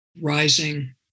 rising